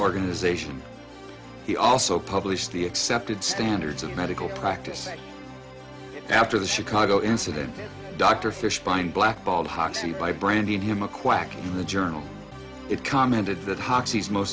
organization he also published the accepted standards of medical practice a after the chicago incident dr fishbein blackballed hoxsey by branding him a quack in the journal it commented that hockey's most